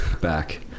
back